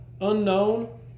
unknown